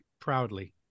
Proudly